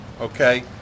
Okay